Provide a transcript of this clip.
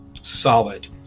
solid